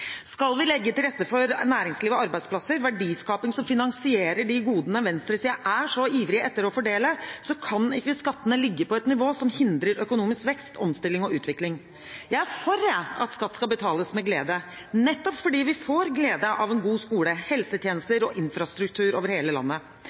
Skal vi legge til rette for næringsliv og arbeidsplasser, verdiskaping som finansierer de godene venstresiden er så ivrig etter å fordele, kan ikke skattene ligge på et nivå som hindrer økonomisk vekst, omstilling og utvikling. Jeg er for at skatt skal betales med glede nettopp fordi vi får glede av en god skole,